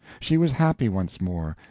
she was happy once more,